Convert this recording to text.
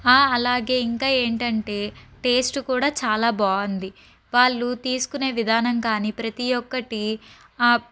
అలాగే ఇంకా ఏంటంటే టేస్ట్ కూడా చాలా బాగుంది వాళ్ళు తీసుకునే విధానం కానీ ప్రతి ఒక్కటి